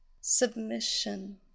Submission